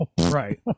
right